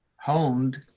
honed